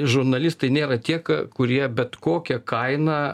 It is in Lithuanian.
žurnalistai nėra tiek kurie bet kokia kaina